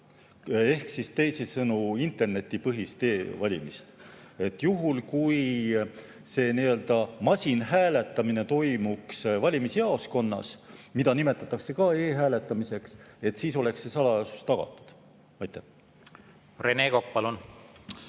ehk teisisõnu internetipõhist e‑valimist. Juhul, kui see nii-öelda masinhääletamine toimuks valimisjaoskonnas, mida nimetatakse ka e‑hääletamiseks, siis oleks salajasus tagatud. Rene Kokk, palun!